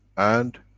and